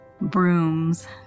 brooms